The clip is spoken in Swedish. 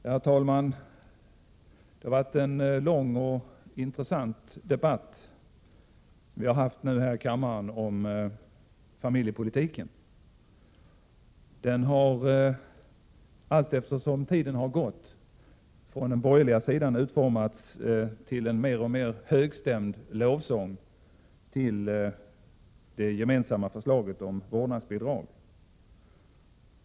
Herr talman! Det har varit en lång och intressant debatt i kammaren om familjepolitiken. Allteftersom tiden har gått har den från den borgerliga sidan utformats till en mer och mer högstämd lovsång till det gemensamma förslaget till vårdnadsbidrag.